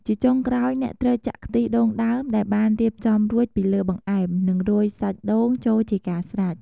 ជាចុងក្រោយ អ្នកត្រូវចាក់ខ្ទិះដូងដើមដែលបានរៀបចំរួចពីលើបង្អែម និងរោយសាច់ដូងចូលជាការស្រេច។